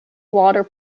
water